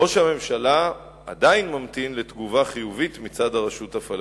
ראש הממשלה עדיין ממתין לתגובה חיובית מצד הרשות הפלסטינית.